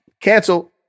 cancel